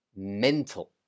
mental